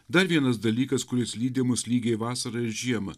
dar vienas dalykas kuris lydi mus lygiai vasarą ir žiemą